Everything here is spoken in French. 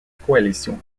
coalition